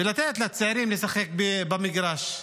ולתת לצעירים לשחק במגרש.